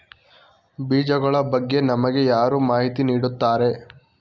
ಬೀಜಗಳ ಬಗ್ಗೆ ನಮಗೆ ಯಾರು ಮಾಹಿತಿ ನೀಡುತ್ತಾರೆ?